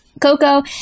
Coco